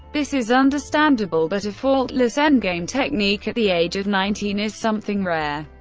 this is understandable, but a faultless endgame technique at the age of nineteen is something rare.